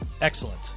Excellent